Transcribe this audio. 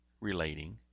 relating